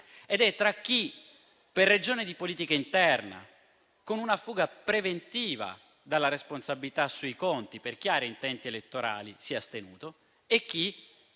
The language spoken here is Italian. ed è tra chi, per ragioni di politica interna, con una fuga preventiva dalla responsabilità sui conti, per chiari intenti elettorali, si è astenuto, e chi,